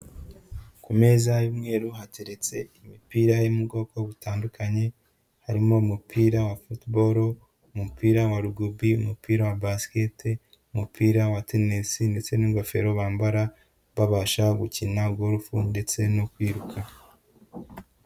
Ku meza y'umweru hateretse imipira yo mu bwoko butandukanye, harimo umupira wa football, umupira wa Rugby, umupira wa Basket, umupira wa Tennis ndetse n'ingofero bambara babasha gukina Golf ndetse no kwiruka.